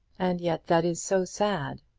and yet that is so sad.